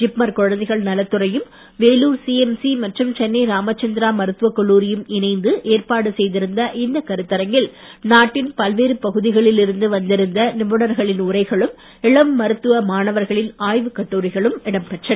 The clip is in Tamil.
ஜிப்மர் குழந்தைகள் நலத்துறையும் வேலூர் சிஎம்சி மற்றும் சென்னை ராமசந்திரா மருத்துவக் கல்லூரியும் இணைந்து ஏற்பாடு செய்திருந்த இக்கருத்தரங்கில் நாட்டின் பல்வேறு பகுதிகளில் இருந்து வந்திருந்த நிபுணர்களின் உரைகளும் இளம் மருத்துவ மாணவர்களின் ஆய்வுக் கட்டுரைகளும் இடம் பெற்றன